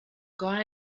gone